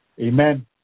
Amen